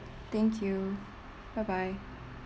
thank you bye bye